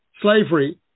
Slavery